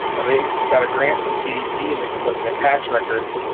and they got a grant from cdc and they've been looking at tax records,